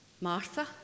Martha